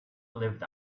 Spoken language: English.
lived